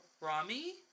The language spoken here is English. Rami